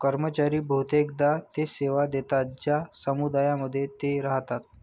कर्मचारी बहुतेकदा ते सेवा देतात ज्या समुदायांमध्ये ते राहतात